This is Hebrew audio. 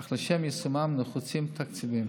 אך לשם יישומן נחוצים תקציבים,